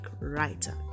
writer